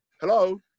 Hello